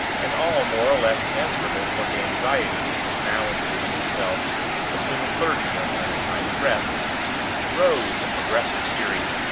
and all more or less answerable for the anxiety which was now intruding itself between the clergyman and his night's rest rose, in progressive series,